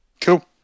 Cool